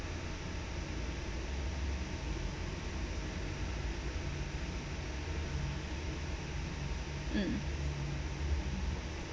mm